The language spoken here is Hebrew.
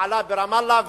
בעלה ברמאללה,